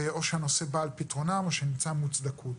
או שהנושא בא על פתרונו או שנמצא מוצדקות.